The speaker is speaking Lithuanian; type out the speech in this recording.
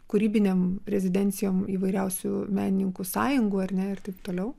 kūrybinėm rezidencijom įvairiausių menininkų sąjungų ar ne ir taip toliau